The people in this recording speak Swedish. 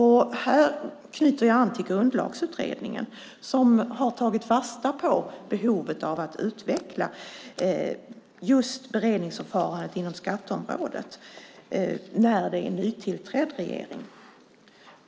Här knyter jag an till Grundlagsutredningen, som har tagit fasta på behovet av att utveckla just beredningsförfarandet på skatteområdet när det är en nytillträdd regering.